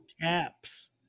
caps